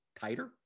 tighter